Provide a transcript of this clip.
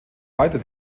weiter